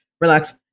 relax